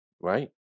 Right